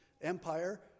Empire